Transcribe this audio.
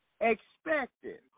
expected